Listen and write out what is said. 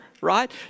right